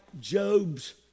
Job's